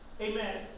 Amen